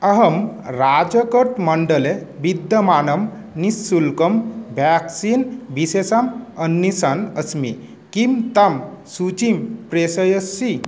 अहं राजकोट् मण्डले विद्यमानं निःशुल्कं व्याक्सिन् विशेषम् अन्विषन् अस्मि किं तं सूचीं प्रेषयसि